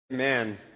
Amen